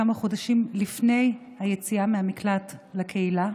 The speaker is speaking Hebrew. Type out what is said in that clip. כמה חודשים לפני היציאה מהמקלט לקהילה.